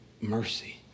mercy